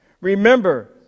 Remember